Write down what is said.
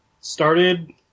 started